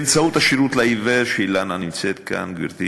באמצעות השירות לעיוור, ואילנה נמצאת כאן, גברתי